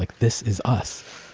like this is us.